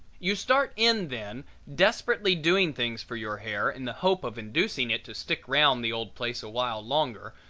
you start in then desperately doing things for your hair in the hope of inducing it to stick round the old place a while longer,